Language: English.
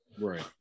Right